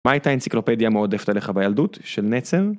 מה הייתה אנציקלופדיה המועדפת לך בילדות? של נצר?